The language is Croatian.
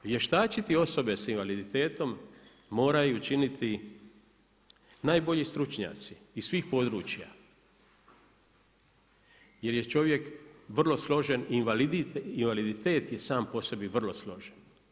Vještačiti osobe s invaliditetom, moraju činiti najbolji stručnjaci iz svih područja, jer je čovjek vrlo složen i invaliditet je sam po sebi vrlo složen.